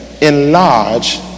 Enlarge